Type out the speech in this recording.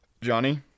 Johnny